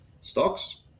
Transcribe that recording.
stocks